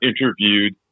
interviewed